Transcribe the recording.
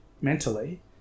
mentally